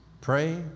pray